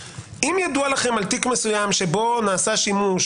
אם ידוע לכם על תיק מסוים שבו נעשה שימוש